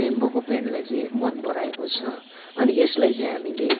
ब्याम्बोको पेनलाई चाहिँ मन पराएको छ अनि यसलाई चाहिँ हामीले